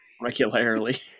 Regularly